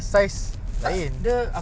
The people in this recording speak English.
a lot of colours [tau]